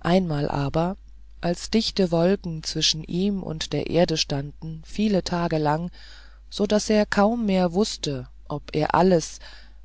einmal aber als dichte wolken zwischen ihm und der erde standen viele tage lang so daß er kaum mehr wußte ob er alles